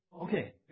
Okay